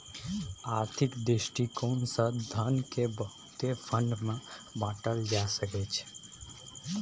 आर्थिक दृष्टिकोण से धन केँ बहुते फंड मे बाटल जा सकइ छै